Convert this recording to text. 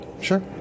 Sure